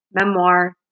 memoir